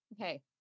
Okay